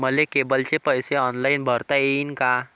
मले केबलचे पैसे ऑनलाईन भरता येईन का?